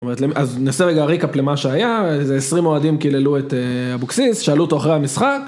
אז נעשה רגע ריקאפ למה שהיה, איזה עשרים אוהדים קיללו את אבוקסיס, שאלו אותו אחרי המשחק.